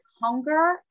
hunger